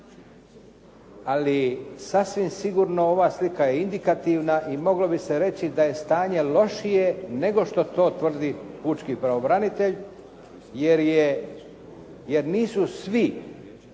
Ali sasvim sigurno ova slika je indikativna i moglo bi se reći da je stanje lošije nego što to tvrdi pučki pravobranitelj, jer nisu svi